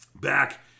back